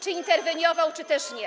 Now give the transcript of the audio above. Czy interweniował, czy też nie?